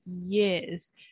years